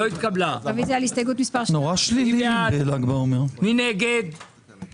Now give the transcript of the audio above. כשאתה אומר נפלו ולא נתקבלו, בדרך כלל אני חוששת.